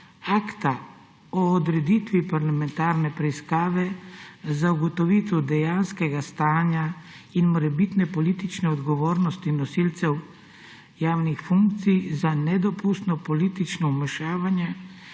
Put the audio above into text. Aktu o odreditvi parlamentarne preiskave za ugotovitev dejanskega stanja in morebitne politične odgovornosti nosilcev javnih funkcij za nedopustno politično vmešavanje